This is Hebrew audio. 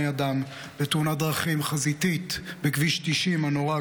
אדם בתאונת דרכים חזיתית בכביש 90 הנורא,